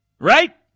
Right